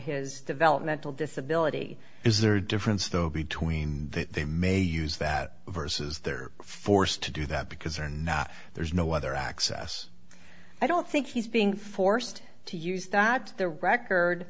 his developmental disability is there a difference though between that they may use that versus they're forced to do that because they're not there's no other access i don't think he's being forced to use that the record